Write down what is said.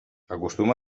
acostuma